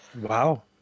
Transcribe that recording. Wow